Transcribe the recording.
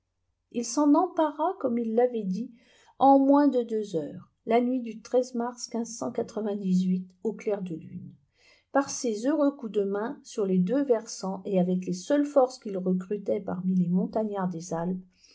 il s'en empara comme il l'avait dit en moins de deux heures la nuit du mars au clair de lune par ses heureux coups de main sur les deux versants et avec les seules forces qu'il recrutait parmi les montagnards des alpes